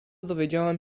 dowiedziałam